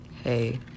Hey